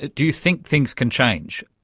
do you think things can change?